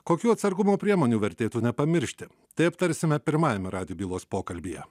kokių atsargumo priemonių vertėtų nepamiršti tai aptarsime pirmajame radijo bylos pokalbyje